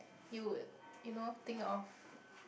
you would you know think of